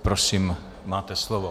Prosím, máte slovo.